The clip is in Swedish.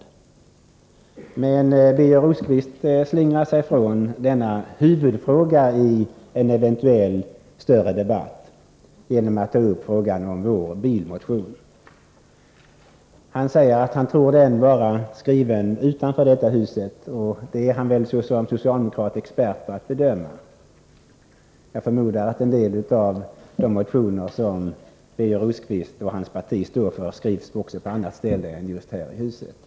Men Birger Rosqvist slingrar sig ifrån denna huvudfråga i en eventuell större debatt genom att ta upp frågan om vår bilmotion. Han säger att han tror den vara skriven utanför detta hus — och det är han väl såsom socialdemokrat expert på att bedöma. Jag förmodar att en del av de motioner som Birger Rosqvist och hans parti står för skrivs på annat ställe än just här i huset.